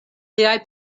liaj